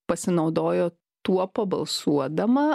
pasinaudojo tuo pabalsuodama